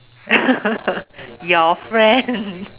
your friend